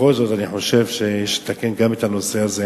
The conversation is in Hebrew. בכל זאת אני חושב שיש לתקן גם את הנושא הזה,